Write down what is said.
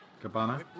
Cabana